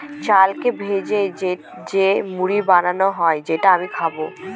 চালকে ভেজে যে মুড়ি বানানো হয় যেটা আমি খাবো